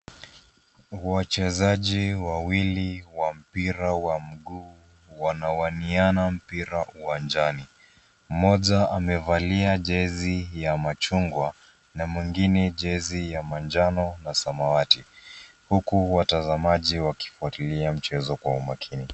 Wachezaji wawili wa mpira wa miguu wanawaniana mpira uwanjani. Mmoja amevalia jezi ya machungwa na mwengine jezi ya manjano na samawati huku watazamaji wakifuatilia mchezo kwa umakini.